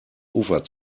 ufer